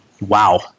Wow